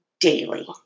daily